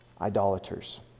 idolaters